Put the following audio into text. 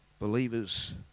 believers